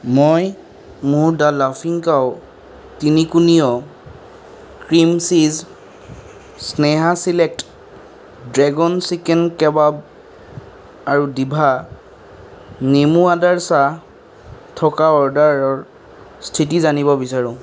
মই মোৰ দা লাফিং কাও তিনিকোণীয় cream cheese Sneha select dragon chicken kebab আৰু ডিভা নেমু আদাৰ চাহ থকা অৰ্ডাৰৰ স্থিতি জানিব বিচাৰোঁ